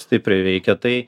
stipriai veikia tai